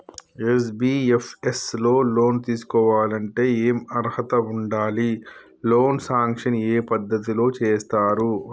NBFS లో loan తీస్కోవాలంటే ఏం అర్హత ఉండాలి? లోన్ సాంక్షన్ ఏ పద్ధతి లో చేస్తరు వాళ్లు?